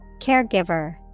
Caregiver